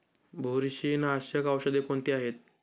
बुरशीनाशक औषधे कोणती आहेत?